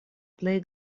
plej